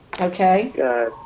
Okay